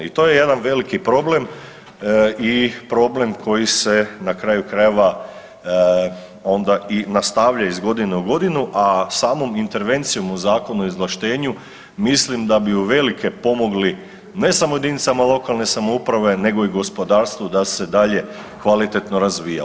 I to je jedan veliki problem i problem koji se na kraju krajeva onda i nastavlja iz godine u godinu, a samom intervencijom u Zakon o izvlaštenju mislim da bi uvelike pomogli ne samo jedinicama lokalne samouprave nego i gospodarstvu da se dalje kvalitetno razvija.